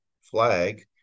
flag